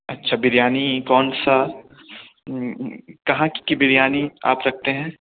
اچھا بریانی کون سا کہاں کی بریانی آپ رکھتے ہیں